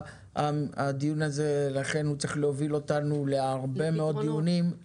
הדיון הזה לכן צריך להוביל אותנו להרבה מאוד דיונים,